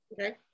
Okay